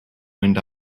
wind